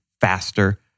faster